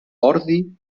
ordi